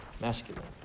masculine